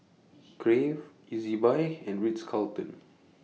Crave Ezbuy and Ritz Carlton